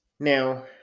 Now